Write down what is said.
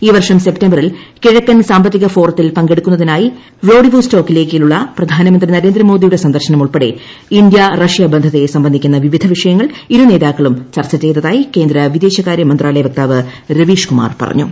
ഈ വർഷം സെപ്തംബറിൽ കിഴക്കൻ സാമ്പത്തിക ഫോറത്തിൽ പങ്കെടുക്കുന്നതിനായി വ്ളാഡിവോസ്റ്റോക്കിലേയ്ക്കുള്ള പ്രധാനമന്ത്രി നരേന്ദ്രമോദിയുടെ സന്ദർശനം ഉൾപ്പെടെ ഇന്ത്യ റഷ്യ ബന്ധത്തെ സംബന്ധിക്കുന്ന വിവിധ വിഷയങ്ങൾ ഇരു നേതാക്കളും ചർച്ച ചെയ്തതായി കേന്ദ്ര വിദേശകാര്യ മന്ത്രാലയ വക്താവ് രവീഷ് കുമാർ പറഞ്ഞു